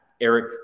Eric